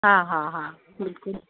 हा हा हा बिल्कुलु